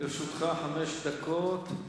לרשותך חמש דקות.